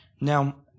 Now